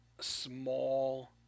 small